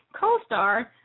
co-star